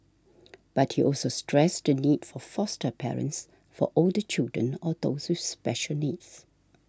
but he also stressed the need for foster parents for older children or those with special needs